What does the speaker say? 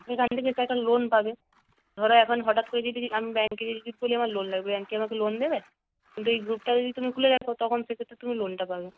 loan পাবে ধরো এখন হঠাৎ করে যদি আমি ব্যাঙ্কে গিয়ে বলি আমার লোন লাগবে ব্যাঙ্ক কি আমাকে লোন দেবে কিন্তু এই গ্রুপটা যদি তুমি খুলে রাখো তখন সেক্ষেত্রে তুমি লোনটা পাবে